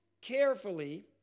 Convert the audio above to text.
carefully